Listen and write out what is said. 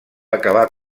acabar